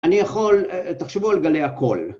‫אני יכול... תחשבו על גלי הקול.